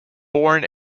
born